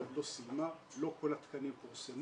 היא עוד לא סיימה, לא כל התקנים פורסמו,